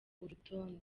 urutonde